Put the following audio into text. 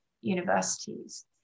universities